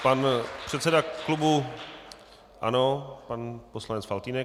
Pan předseda klubu ANO pan poslanec Faltýnek.